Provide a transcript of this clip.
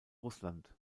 russland